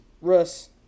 Russ